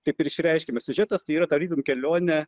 taip ir išreiškiame siužetas tai yra tarytum kelionė